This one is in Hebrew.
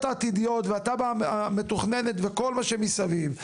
העתידיות והתב״ע המתוכננת וכל מה שמסביב,